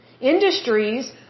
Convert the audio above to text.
Industries